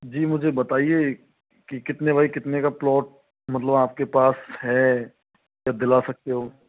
जी मुझे बताइए कि कितने बाई कितने का प्लॉट मतलब आप के पास है या दिला सकते हो